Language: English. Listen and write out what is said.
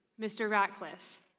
mr. radcliffe?